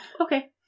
Okay